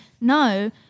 No